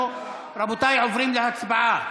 אנחנו, רבותיי, עוברים להצבעה.